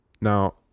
Now